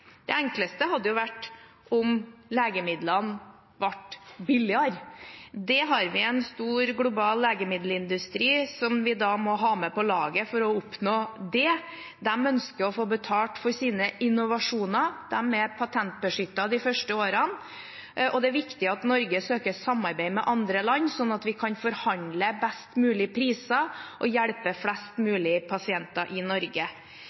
Det enkleste hadde vært om legemidlene ble billigere. Der har vi en stor global legemiddelindustri som vi da må ha med på laget for å oppnå det. De ønsker å få betalt for sine innovasjoner, som er patentbeskyttet de første årene. Det er også viktig at Norge søker samarbeid med andre land, slik at vi kan forhandle fram best mulig priser og hjelpe flest mulig pasienter i Norge.